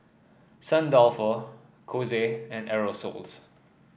Saint Dalfour Kose and Aerosoles